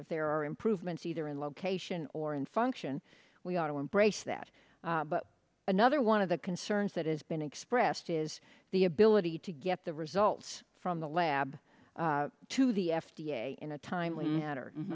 if there are improvements either in location or in function we ought to embrace that but another one of the concerns that has been expressed is the ability to get the results from the lab to the f d a in a timely manner